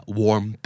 warm